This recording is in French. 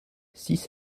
six